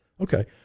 Okay